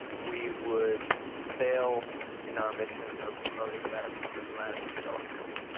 we would fail in our mission of promoting america's diplomatic and development goals.